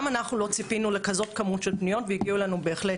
גם אנחנו לא ציפינו לכזאת כמות של פניות והגיעו אלינו בהחלט.